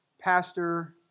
pastor